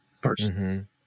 person